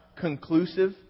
conclusive